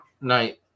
night